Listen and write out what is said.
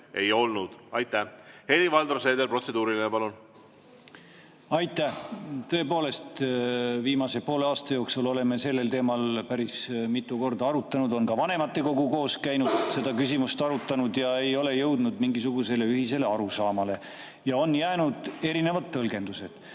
üksmeelt. Helir-Valdor Seeder, protseduuriline, palun! Aitäh! Tõepoolest, viimase poole aasta jooksul oleme sellel teemal päris mitu korda arutanud. Ka vanematekogu on koos käinud seda küsimust arutamas ega ole jõudnud mingisugusele ühisele arusaamale, on jäänud erinevad tõlgendused. Minu